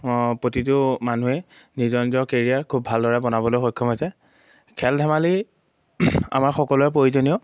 প্ৰতিটো মানুহেই নিজৰ নিজৰ কেৰিয়াৰ খুব ভালদৰে বনাবলৈ সক্ষম হৈছে খেল ধেমালি আমাৰ সকলোৰে প্ৰয়োজনীয়